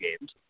games